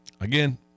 Again